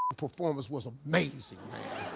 performance was amazing man.